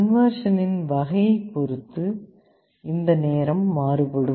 converter இன் வகையை பொருத்து இந்த நேரம் மாறுபடும்